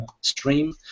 stream